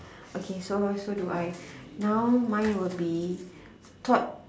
okay so so do I now mine will be thought